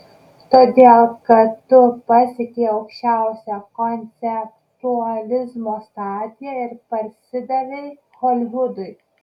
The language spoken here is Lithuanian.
todėl kad tu pasiekei aukščiausią konceptualizmo stadiją ir parsidavei holivudui